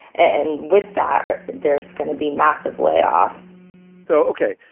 and with that, there's going to be massive layoffs so, ok,